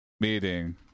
meeting